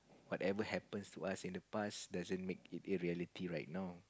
whatever happens to us in the past doesn't make it reality right now